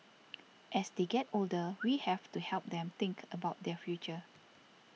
as they get older we have to help them think about their future